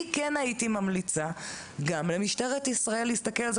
אני כן הייתי ממליצה גם למשטרת ישראל להסתכל על זה: